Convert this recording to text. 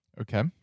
Okay